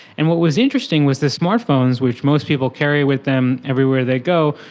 and what was interesting was the smart phones, which most people carry with them everywhere they go,